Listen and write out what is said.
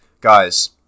Guys